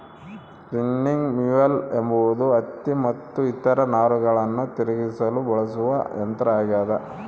spinning mule ಎಂಬುದು ಹತ್ತಿ ಮತ್ತು ಇತರ ನಾರುಗಳನ್ನು ತಿರುಗಿಸಲು ಬಳಸುವ ಯಂತ್ರ ಆಗ್ಯದ